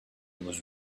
was